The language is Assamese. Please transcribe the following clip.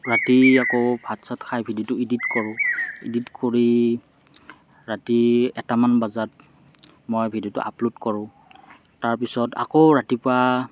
ৰাতি আকৌ ভাত চাত খাই ভিডিঅটো ইডিট কৰোঁ ইডিট কৰি ৰাতি এটামান বজাত মই ভিডিঅ'টো আপলোড কৰোঁ তাৰপাছত আকৌ ৰাতিপুৱা